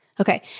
Okay